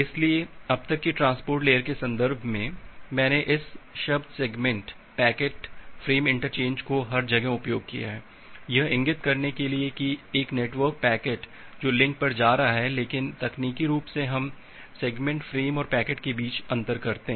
इसलिए अब तक की ट्रांसपोर्ट लेयर के संदर्भ में मैंने इस शब्द सेगमेंट पैकेट फ्रेम इंटरचेंज का हर जगह उपयोग किया है यह इंगित करने के लिए कि एक नेटवर्क पैकेट जो लिंक पर जा रहा है लेकिन तकनीकी रूप से हम सेगमेंट फ्रेम और पैकेट के बीच अंतर करते हैं